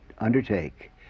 undertake